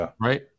right